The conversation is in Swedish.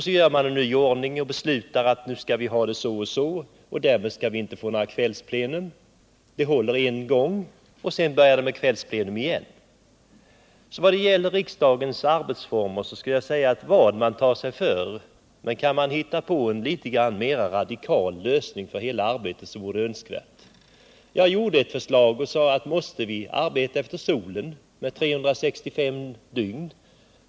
Så gör man en ny ordning och beslutar att vi skall ha det så och så och därmed skall vi inte få några kvällsplena. Det håller en gång, och sedan börjar vi med kvällsplena igen. När det gäller riksdagens arbetsformer skulle jag vilja säga att det vore önskvärt med en mera radikal lösning. Jag har ställt frågan: Måste vi arbeta efter solen med 365 dygn?